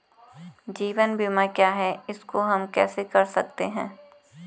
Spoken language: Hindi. जीवन बीमा क्या है इसको हम कैसे कर सकते हैं?